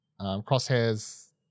Crosshair's